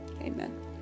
Amen